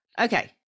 Okay